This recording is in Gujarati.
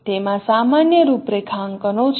તેમાં સામાન્ય રૂપરેખાંકનો છે